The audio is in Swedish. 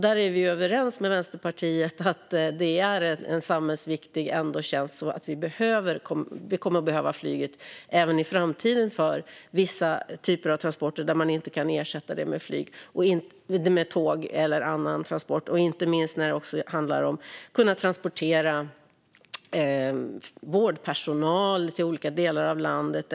Där är vi överens med Vänsterpartiet om att flyget är en samhällsviktig tjänst. Vi kommer att behöva flyget även i framtiden för vissa typer av transporter där man inte kan ersätta det med tåg eller annan transport. Det gäller inte minst när det handlar om att kunna transportera vårdpersonal eller patienter till olika delar av landet.